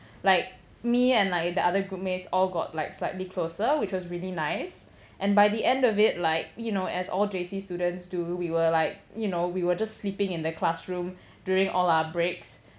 like me and like the other groupmates all got like slightly closer which was really nice and by the end of it like you know as all J_C students do we were like you know we were just sleeping in the classroom during all our breaks